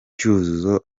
cyuzuzo